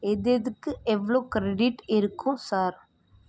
எது எதுக்கு எவ்வளோ க்ரெடிட் இருக்கும் சார்